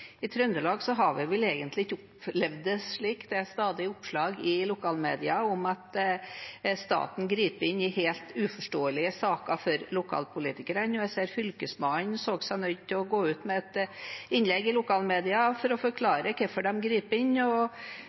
I Trøndelag har vi egentlig ikke opplevd det slik. Det er stadig oppslag i lokale medier om at staten griper inn i saker hvor det er helt uforståelig for lokalpolitikerne. Fylkesmannen så seg nødt til å gå ut med et innlegg i lokale medier for å forklare hvorfor de griper inn – at det er fordi de bryr seg om Trøndelag, og